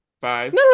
Five